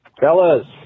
Fellas